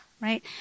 right